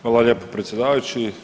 Hvala lijepo predsjedavajući.